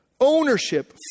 ownership